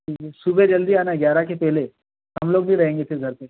ठीक है सुबह जल्दी आना ग्यारह के पहले हम लोग भी रहेंगे फिर घर पे